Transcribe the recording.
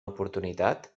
oportunitat